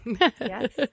Yes